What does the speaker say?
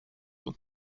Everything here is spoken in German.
und